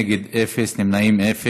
נגד, אין, נמנעים,